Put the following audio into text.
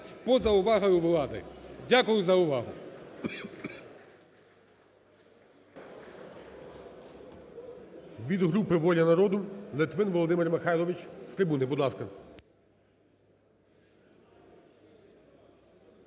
поза увагою влади. Дякую за увагу.